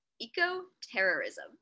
Eco-terrorism